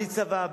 בלי צבא,